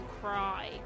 cry